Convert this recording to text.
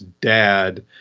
dad